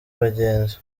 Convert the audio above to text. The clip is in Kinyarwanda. abagenzi